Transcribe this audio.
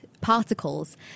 particles